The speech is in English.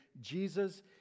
Jesus